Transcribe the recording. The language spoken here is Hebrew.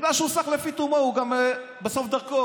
בגלל שהוא סח לפי תומו, הוא גם בסוף דרכו.